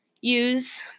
use